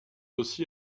aussi